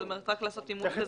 רק לעשות אימות.